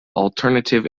alternative